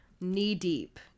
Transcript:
knee-deep